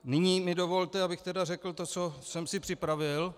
Nyní mi dovolte, abych teda řekl to, co jsem si připravil.